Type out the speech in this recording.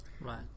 right